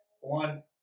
one